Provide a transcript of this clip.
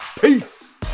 peace